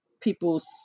people's